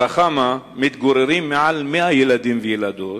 ברכמה מתגוררים מעל 100 ילדים וילדות